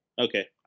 Okay